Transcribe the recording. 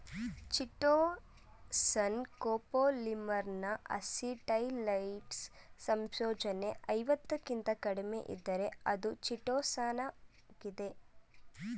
chitosan ಕೋಪೋಲಿಮರ್ನ ಅಸಿಟೈಲೈಸ್ಡ್ ಸಂಯೋಜನೆ ಐವತ್ತಕ್ಕಿಂತ ಕಡಿಮೆಯಿದ್ದರೆ ಅದು ಚಿಟೋಸಾನಾಗಿದೆ